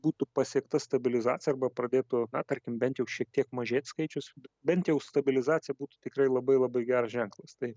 būtų pasiekta stabilizacija arba pradėtų tarkim bent jau šiek tiek mažėt skaičius bent jau stabilizacija būtų tikrai labai labai geras ženklas tai